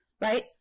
right